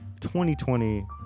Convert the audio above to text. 2020